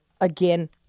again